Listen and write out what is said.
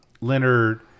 Leonard